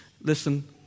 Listen